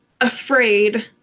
afraid